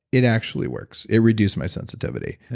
it actually works, it reduced my sensitivity.